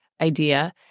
Idea